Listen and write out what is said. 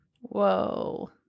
Whoa